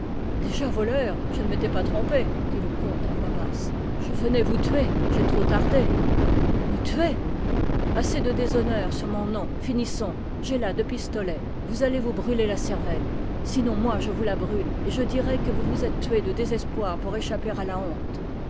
déjà voleur je ne m'étais pas trompé dit le comte à voix basse je venais vous tuer j'ai trop tardé me tuer assez de déshonneur sur mon nom finissons j'ai là deux pistolets vous allez vous brûler la cervelle sinon moi je vous la brûle et je dirai que vous vous êtes tué de désespoir pour échapper à la honte